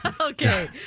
Okay